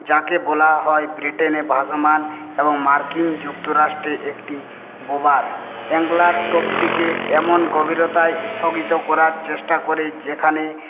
যাকে বলা হয় ব্রিটেনে ভাসমান এবং মার্কিন যুক্তরাষ্ট্রে একটি বোবার অ্যাঙ্গলার টোপটিকে এমন গভীরতায় স্থগিত করার চেষ্টা করে যেখানে